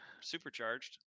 Supercharged